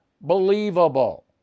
believable